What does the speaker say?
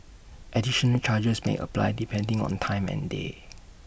additional charges may apply depending on time and day